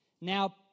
now